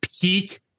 peak